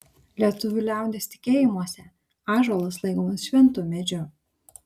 lietuvių liaudies tikėjimuose ąžuolas laikomas šventu medžiu